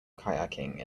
kayaking